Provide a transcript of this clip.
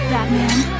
Batman